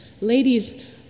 Ladies